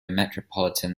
metropolitan